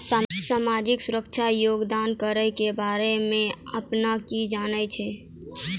समाजिक सुरक्षा योगदान करो के बारे मे अपने कि जानै छो?